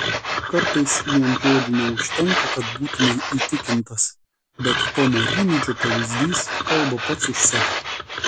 kartais vien žodžių neužtenka kad būtumei įtikintas bet tomo rimydžio pavyzdys kalba pats už save